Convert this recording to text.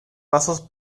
pasos